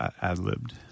ad-libbed